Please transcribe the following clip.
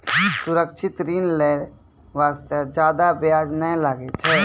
सुरक्षित ऋण लै बास्ते जादा बियाज नै लागै छै